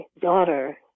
daughter